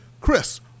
Chris